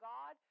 God